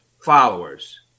followers